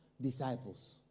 disciples